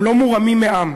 הם לא מורמים מעם